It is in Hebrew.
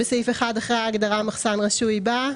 1, אחרי ההגדרה "מחסן רשוי" בא: